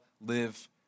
live